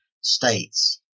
states